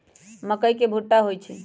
मकई के भुट्टा होई छई